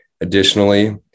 Additionally